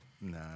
Nah